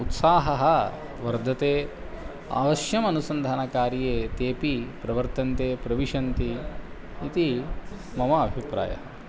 उत्साहः वर्धते अवश्यमनुसन्धानकार्ये तेपि प्रवर्तन्ते प्रविशन्ति इति मम अभिप्रायः